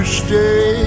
stay